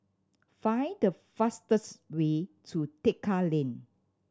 find the fastest way to Tekka Lane